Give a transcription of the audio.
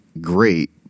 great